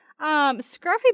Scruffy